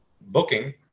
booking